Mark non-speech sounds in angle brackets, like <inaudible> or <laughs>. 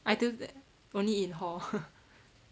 I do that only in hall <laughs>